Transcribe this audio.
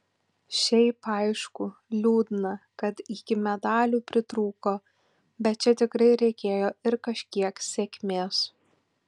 šiaip aišku liūdna kad iki medalių pritrūko bet čia tikrai reikėjo ir kažkiek sėkmės